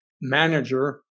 manager